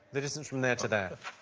the distance from there to there.